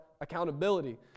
accountability